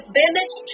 village